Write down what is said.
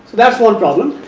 that is one problem.